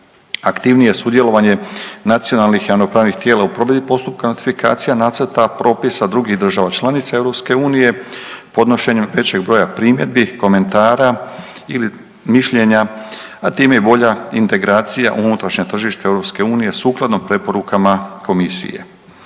Aktivnije sudjelovanje nacionalnih javnopravnih tijela u provedbi postupka notifikacije nacrta propisa drugih država članica EU podnošenjem većeg broja primjedbi, komentara ili mišljenja, a time i bolja integracija u unutrašnja tržišta EU sukladno preporukama komisije.